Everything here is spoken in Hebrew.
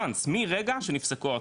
מרגע שנפסקו ההוצאות?